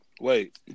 Wait